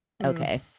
Okay